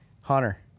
Hunter